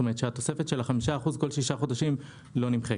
זאת אומרת שהתוספת של 5% כל שישה חודשים לא נמחקת.